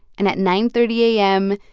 and at nine thirty a m,